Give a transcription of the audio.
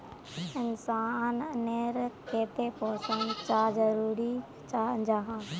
इंसान नेर केते पोषण चाँ जरूरी जाहा?